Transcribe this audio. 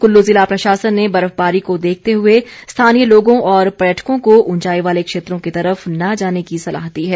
कुल्लू ज़िला प्रशासन ने बर्फबारी को देखते हुए स्थानीय लोगों और पर्यटकों को ऊंचाई वाले क्षेत्रों की तरफ न जाने की सलाह दी है